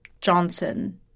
Johnson